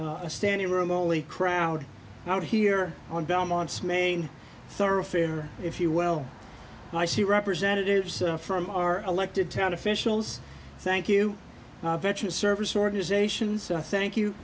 a standing room only crowd out here on belmont's main thoroughfare if you well i see representatives from our elected town officials thank you veterans service organizations thank you